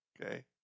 Okay